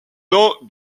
nom